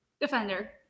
defender